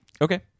Okay